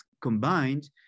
combined